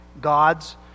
God's